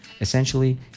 Essentially